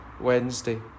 Wednesday